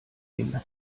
den